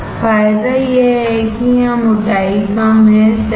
फायदा यह है कि यहाँ मोटाई कम है सही है